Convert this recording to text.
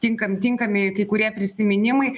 tinkam tinkami kai kurie prisiminimai